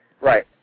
Right